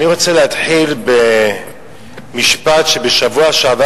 אני רוצה להתחיל במשפט שאמרת בשבוע שעבר,